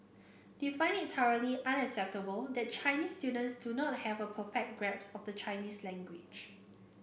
they find it unacceptable that Chinese students do not have a perfect grasps of the Chinese language